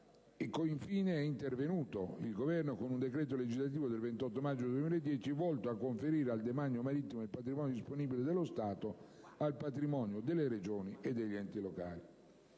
Infine, è intervenuto il Governo con il decreto legislativo n. 85 del 28 maggio 2010, volto a conferire il demanio marittimo ed il patrimonio disponibile dello Stato al patrimonio delle Regioni e degli enti locali.